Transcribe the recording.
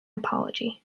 apology